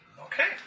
Okay